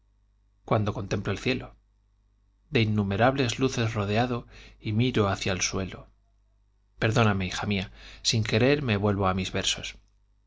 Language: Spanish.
cuando contemplo el cielo de innumerables luces rodeado y miro hacia el suelo perdóname hija mía sin querer me vuelvo a mis versos